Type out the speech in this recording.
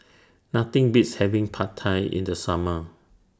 Nothing Beats having Pad Thai in The Summer